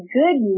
good